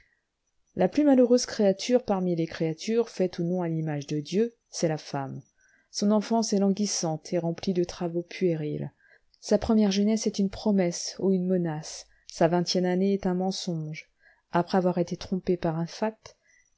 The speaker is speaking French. la plus malheureuse créature parmi les créatures faites ou non à l'image de dieu c'est la femme son enfance est languissante et remplie de travaux puérils sa première jeunesse est une promesse ou une menace sa vingtième année est un mensonge après avoir été trompée par un